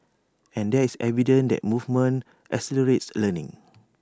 and there's evidence that movement accelerates learning